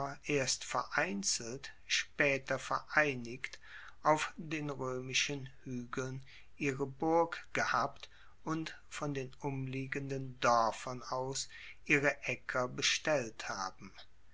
erst vereinzelt spaeter vereinigt auf den roemischen huegeln ihre burg gehabt und von den umliegenden doerfern aus ihre aecker bestellt haben